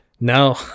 No